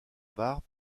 barbe